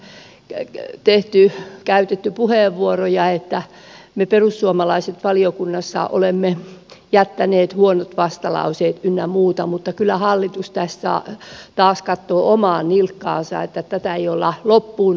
sitten täällä on käytetty puheenvuoroja että me perussuomalaiset valiokunnassa olemme jättäneet huonot vastalauseet ynnä muuta mutta kyllä hallitus tässä taas katsoo omaan nilkkaansa että tätä ei olla loppuun asti käsitelty